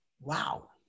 Wow